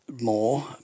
more